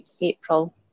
April